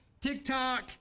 TikTok